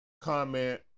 comment